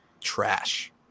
trash